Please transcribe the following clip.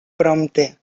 prompte